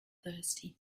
thirsty